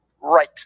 right